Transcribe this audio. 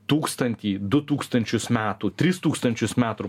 tūkstantį du tūkstančius metų tris tūkstančius metų ir